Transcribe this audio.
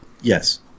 Yes